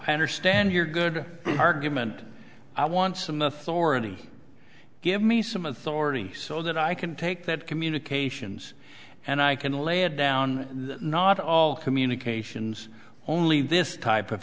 i understand your good argument i want some authority give me some authority so that i can take that communications and i can lay it down not all communications only this type of